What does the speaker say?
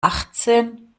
achtzehn